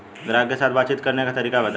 ग्राहक के साथ बातचीत करने का तरीका बताई?